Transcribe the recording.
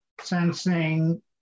sensing